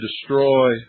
destroy